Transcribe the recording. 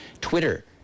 Twitter